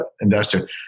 investor